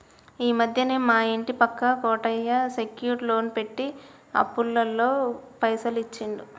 ఈ మధ్యనే మా ఇంటి పక్క కోటయ్య సెక్యూర్ లోన్ పెట్టి అప్పులోళ్లకు పైసలు ఇచ్చిండు